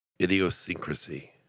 Idiosyncrasy